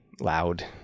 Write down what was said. loud